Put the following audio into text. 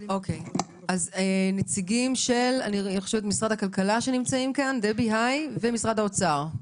יש לנו נציגים של משרד הכלכלה ושל משרד האוצר,